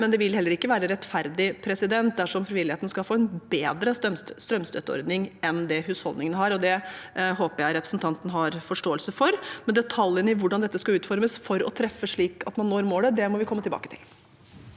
Det ville heller ikke være rettferdig om frivilligheten skulle få en bedre strømstøtteordning enn husholdningene har. Det håper jeg representanten har forståelse for. Detaljene for hvordan dette skal utformes for å treffe slik at man når målet, må vi komme tilbake til.